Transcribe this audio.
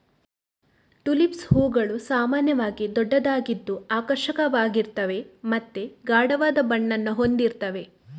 tulips ಹೂವುಗಳು ಸಾಮಾನ್ಯವಾಗಿ ದೊಡ್ಡದಾಗಿದ್ದು ಆಕರ್ಷಕವಾಗಿರ್ತವೆ ಮತ್ತೆ ಗಾಢವಾದ ಬಣ್ಣವನ್ನ ಹೊಂದಿರ್ತವೆ